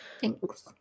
thanks